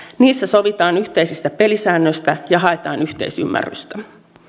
niissä sovitaan yhteisistä pelisäännöistä ja haetaan yhteisymmärrystä